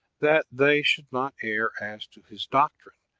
that they should not err as to his doctrine,